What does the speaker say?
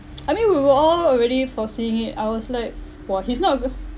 I mean we were all already foreseeing it I was like !wah! he's not